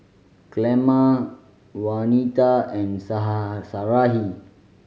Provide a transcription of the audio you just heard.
Clemma Waneta and Sarahi